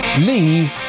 Lee